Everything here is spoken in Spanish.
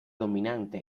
dominante